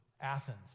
Athens